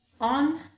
on